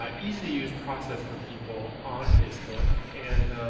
um easy to use process for people on facebook. and,